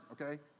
okay